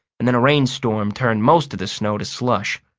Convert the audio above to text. and then a rainstorm turned most of the snow to slush.